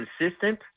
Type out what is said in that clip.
consistent